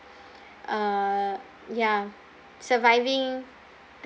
uh ya surviving